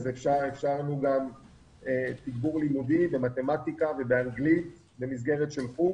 אז אפשרנו גם תגבור לימודי במתמטיקה ובאנגלית במסגרת של חוג,